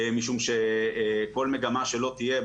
משום שכל מגמה שלא תהיה,